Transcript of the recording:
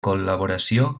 col·laboració